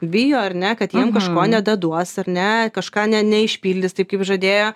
bijo ar ne kad jiem kažko nedaduos ar ne kažką ne neišpildys taip kaip žadėjo